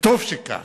וטוב שכך,